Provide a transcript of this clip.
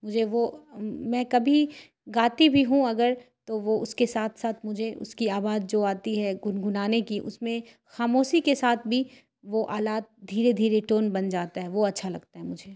مجھے وہ میں کبھی گاتی بھی ہوں اگر تو وہ اس کے ساتھ ساتھ مجھے اس کی آواز جو آتی ہے گنگنانے کی اس میں خاموشی کے ساتھ بھی وہ آلات دھیرے دھیرے ٹون بن جاتا ہے وہ اچھا لگتا ہے مجھے